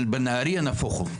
בנהריה, נהפוך הוא.